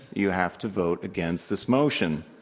you have to vote against this motion.